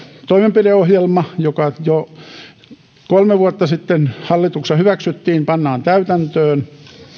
toimenpideohjelma joka jo kolme vuotta sitten hallituksessa hyväksyttiin pannaan täytäntöön